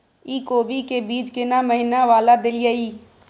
इ कोबी के बीज केना महीना वाला देलियैई?